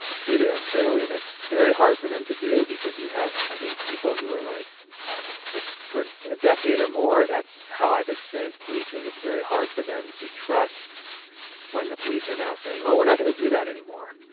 treated unfairly, that's very hard for them to do because you have, i think, people who are like for for a decade or more, that's how i've experienced policing. it's very hard for them to trust when the police are now saying, oh, we're not going to do that anymore.